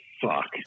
fuck